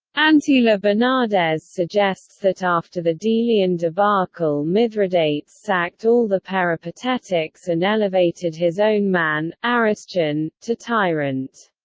antela-bernardez suggests that after the delian debacle mithridates sacked all the peripatetics and elevated his own man, aristion, to tyrant.